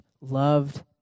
loved